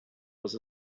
was